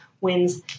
wins